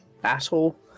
battle